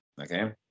Okay